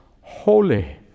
holy